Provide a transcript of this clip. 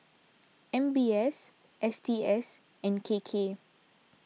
M B S S T S and K K